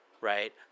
right